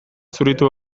zuritu